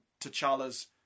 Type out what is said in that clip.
T'Challa's